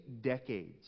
decades